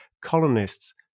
Colonists